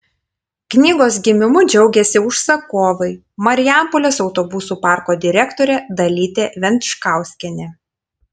knygos gimimu džiaugėsi užsakovai marijampolės autobusų parko direktorė dalytė venčkauskienė